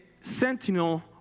Sentinel